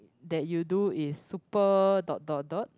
that you do is super dot dot dot